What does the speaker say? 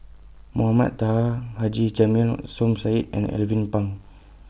Mohamed Taha Haji Jamil Som Said and Alvin Pang